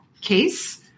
case